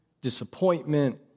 disappointment